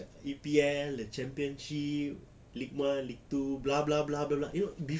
cam E_P_L the championship league one league two blah blah blah blah blah you know bef~